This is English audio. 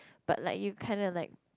but like you kind of like